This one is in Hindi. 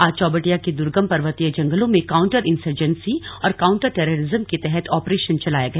आज चौबटिया के दूर्गम पर्वतीय जंगलों में काउंटर इंसरजेंसी और काउंटर टेरिरिज्म के तहत आपरेशन चलाया गया